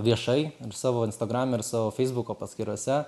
viešai savo instagrame ir savo feisbuko paskyrose